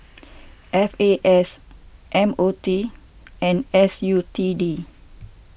F A S M O T and S U T D